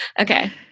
Okay